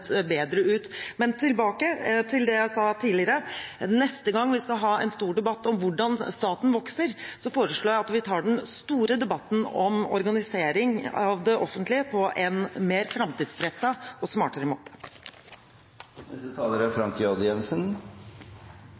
bedre ut. Men tilbake til det jeg sa tidligere: Neste gang vi skal ha en stor debatt om hvordan staten vokser, foreslår jeg at vi tar den store debatten om organisering av det offentlige på en mer framtidsrettet og smartere